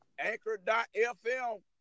anchor.fm